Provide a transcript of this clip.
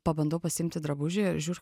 pabandau pasiimti drabužį ir žiūriu